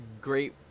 great